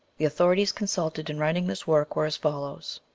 the authorities consulted in writing this work were as fol lows